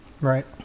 Right